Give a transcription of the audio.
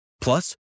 Plus